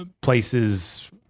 places